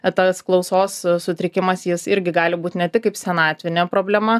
e tas klausos sutrikimas jis irgi gali būt ne tik kaip senatvinė problema